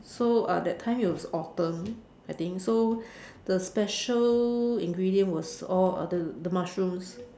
so uh that time it was autumn I think so the special ingredient was all uh the the mushrooms